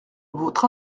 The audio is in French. votre